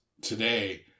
today